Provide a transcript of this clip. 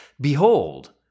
Behold